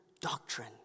doctrine